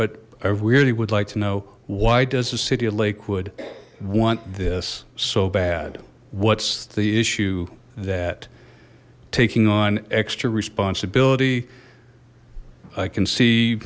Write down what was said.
but i really would like to know why does the city of lakewood want this so bad what's the issue that taking on extra responsibilities i can see